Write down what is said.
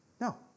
No